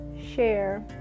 share